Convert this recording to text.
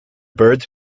birds